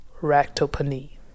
ractopamine